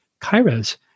kairos